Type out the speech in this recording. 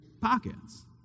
pockets